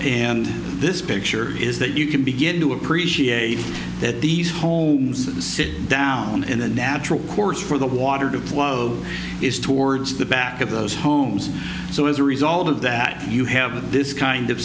and this picture is that you can begin to appreciate that these homes sit down in the natural course for the water to flow is towards the back of those homes so as a result of that you have this kind of